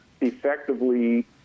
effectively